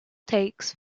takes